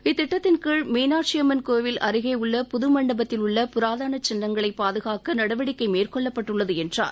இத்திட்டத்தின்கீழ் மீனாட்சியம்மன் கோயில் அருகேயுள்ள புது மண்டபத்தில் உள்ள புராதன சின்னங்களை பாதுகாக்க நடவடிக்கை மேற்கொள்ளப்பட்டுள்ளது என்றார்